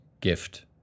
gift